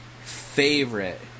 favorite